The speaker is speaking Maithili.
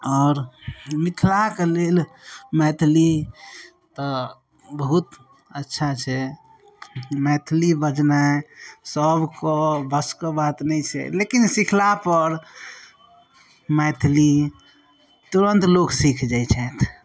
आओर मिथिलाके लेल मैथिली तऽ बहुत अच्छा छै मैथिली बजनाइ सबके बसके बात नहि छै लेकिन सीखलापर मैथिली तुरन्त लोक सीख जाइ छथि